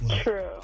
True